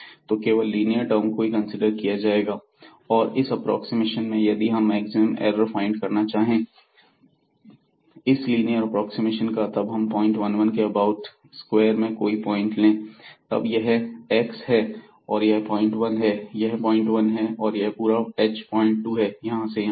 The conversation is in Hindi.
तो केवल लीनियर टर्म ही कंसीडर किए जाएंगे इस एप्रोक्सीमेशन में और यदि हम मैक्सिमम एरर फाइंड करना चाहे इस लीनियर एप्रोक्सीमेशन का तब हम पॉइंट 1 1 के अबाउट ्स स्क्वायर में कोई पॉइंट लें तब यह x है यह 01 है यह 01 है और यह पूरा h 02 है यहां से यहां तक